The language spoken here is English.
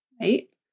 right